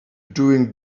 doing